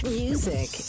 music